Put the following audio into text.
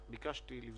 ביקשתי אם